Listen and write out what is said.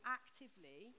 actively